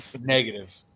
Negative